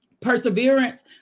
Perseverance